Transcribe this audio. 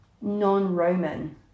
non-roman